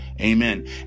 Amen